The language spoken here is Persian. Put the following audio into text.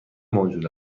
موجود